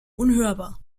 unhörbar